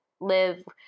live